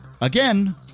again